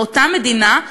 באותה מדינה,